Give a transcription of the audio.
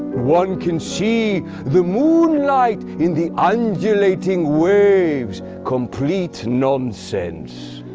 one can see the moonlight in the undulating waves. complete nonsense.